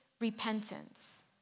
repentance